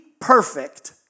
perfect